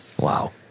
Wow